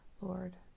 Lord